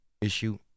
issue